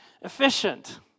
efficient